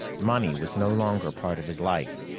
money was no longer part of his life.